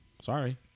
Sorry